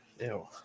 Ew